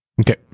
Okay